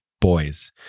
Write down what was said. Boys